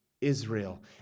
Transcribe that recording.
Israel